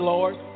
Lord